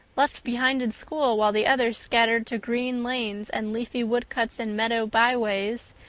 left behind in school while the others scattered to green lanes and leafy wood cuts and meadow byways,